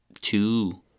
two